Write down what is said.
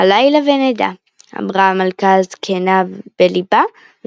'הלילה ונדע," – אמרה המלכה הזקנה בלבה,